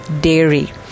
dairy